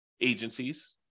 agencies